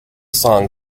song